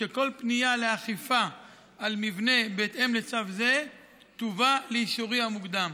שכל פנייה לאכיפה על מבנה בהתאם לצו זה תובא לאישורי המוקדם.